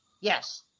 Yes